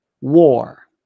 War